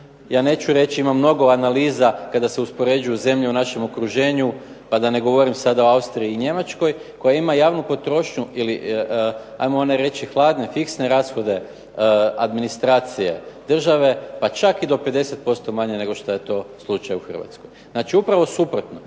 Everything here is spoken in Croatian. ja neću reći, ima mnogo analiza kada se uspoređuju zemlje u našem okruženju, pa da ne govorim sada o Austriji i Njemačkoj koja ima javnu potrošnju ili ajmo reći hladne, fiksne rashode administracije države, pa čak i do 50% manje nego što je to slučaj u Hrvatskoj. Znači upravo suprotno,